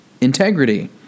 integrity